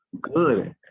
good